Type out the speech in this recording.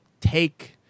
take